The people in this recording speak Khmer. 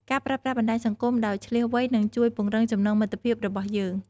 ការប្រើប្រាស់បណ្ដាញសង្គមដោយឈ្លាសវៃនឹងជួយពង្រឹងចំណងមិត្តភាពរបស់យើង។